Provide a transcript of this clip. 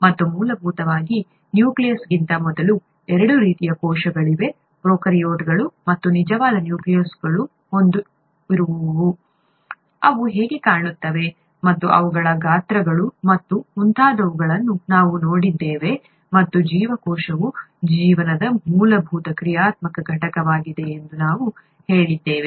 ಮತ್ತು ಮೂಲಭೂತವಾಗಿ ನ್ಯೂಕ್ಲಿಯಸ್ಗಿಂತ ಮೊದಲು ಎರಡು ರೀತಿಯ ಕೋಶಗಳಿವೆ ಪ್ರೊಕಾರ್ಯೋಟ್ಗಳು ಮತ್ತು ನಿಜವಾದ ನ್ಯೂಕ್ಲಿಯಸ್ ಹೊಂದಿರುವವುಗಳು ಅವು ಹೇಗೆ ಕಾಣುತ್ತವೆ ಮತ್ತು ಅವುಗಳ ಗಾತ್ರಗಳು ಮತ್ತು ಮುಂತಾದವುಗಳನ್ನು ನಾವು ನೋಡಿದ್ದೇವೆ ಮತ್ತು ಜೀವಕೋಶವು ಜೀವನದ ಮೂಲಭೂತ ಕ್ರಿಯಾತ್ಮಕ ಘಟಕವಾಗಿದೆ ಎಂದು ನಾವು ಹೇಳಿದ್ದೇವೆ